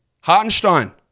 Hartenstein